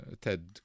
ted